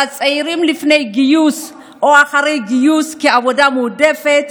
על הצעירים לפני גיוס או אחרי גיוס כעבודה מועדפת,